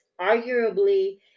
arguably